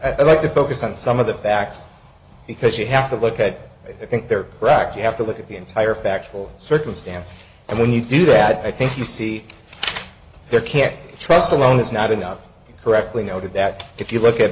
i'd like to focus on some of the facts because you have to look at i think they're cracked you have to look at the entire factual circumstance and when you do that i think you see there can't trust alone is not enough correctly noted that if you look at